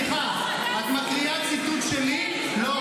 את מקריאה ציטוט שלי?